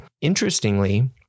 Interestingly